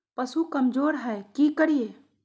पशु कमज़ोर है कि करिये?